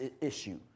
issue